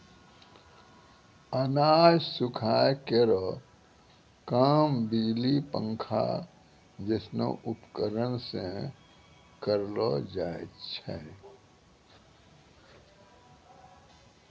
अनाज सुखाय केरो काम बिजली पंखा जैसनो उपकरण सें करलो जाय छै?